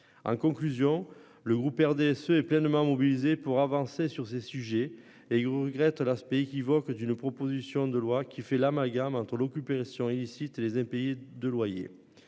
En conclusion, le groupe RDSE est pleinement mobilisé pour avancer sur ces sujets et il regrette l'aspect équivoque d'une proposition de loi qui fait l'amalgame entre l'occupation illicite et les impayés de loyers.